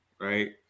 right